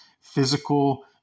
physical